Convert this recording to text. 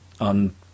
on